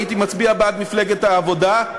הייתי מצביע בעד מפלגת העבודה,